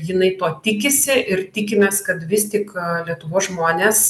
jinai to tikisi ir tikimės kad vis tik lietuvos žmonės